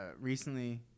recently